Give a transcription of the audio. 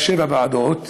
בשבע ועדות.